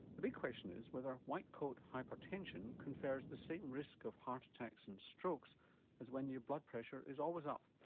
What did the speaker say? the big question is whether white coat hypertension confers the same risk of heart attacks and strokes as when your blood pressure is always up.